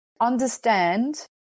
understand